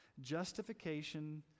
Justification